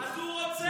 אז הוא רוצה.